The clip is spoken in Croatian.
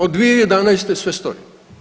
Od 2011. sve stoji.